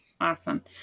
Awesome